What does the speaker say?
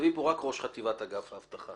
- תכתבי כאן רק ראש אגף האבטחה